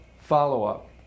follow-up